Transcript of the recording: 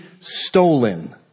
stolen